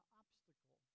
obstacle